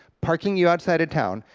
parking you outside of town,